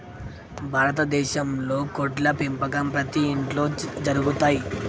భారత దేశంలో కోడ్ల పెంపకం ప్రతి ఇంట్లో జరుగుతయ్